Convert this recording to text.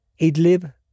Idlib